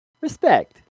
Respect